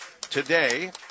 today